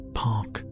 park